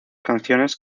canciones